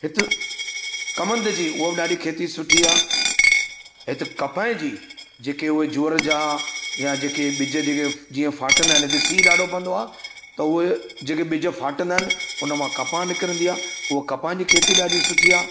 हित कमंद जी उहा बि खेती ॾाढी सुठी आहे हिते कपह जी जेके उहे जुअर जा या जेके ॿिज जेके जीअं फाटंदा आहिनि हिते सीउ ॾाढो पवंदो आहे त उहे जेके ॿिज फाटंदा आहिनि जंहिंमां कपह निकिरंदी आहे उहे कपह जी खेती ॾाढी सुठी आहे